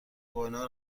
گواهینامه